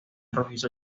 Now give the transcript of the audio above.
rojizo